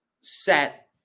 set